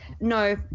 no